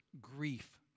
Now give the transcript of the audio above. grief